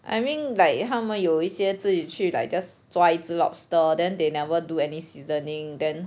I mean like 他们有一些自己去 like just 抓一只 lobster then they never do any seasoning then